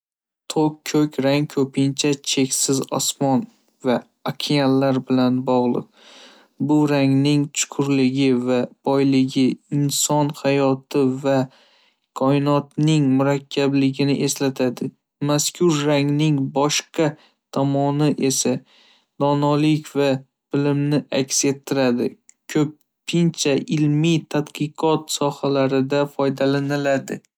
To'q ko'k rang ko'pincha cheksiz osmon va okeanlar bilan bog'liq. Bu rangning chuqurligi va boyligi inson hayoti va koinotning murakkabligini eslatadi. Mazkur rangning boshqa tomoni esa donolik va bilimni aks ettiradi. Ko'pincha ilmiy tadqiqot sohalarida foydalaniladi.